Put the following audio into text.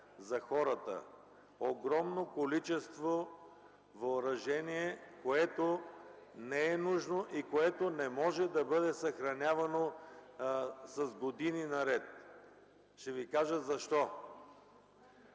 за хората – огромно количество въоръжение, което не е нужно и което не може да бъде съхранявано с години наред. Ще Ви кажа защо.